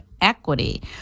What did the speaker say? equity